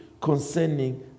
concerning